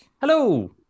Hello